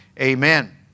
Amen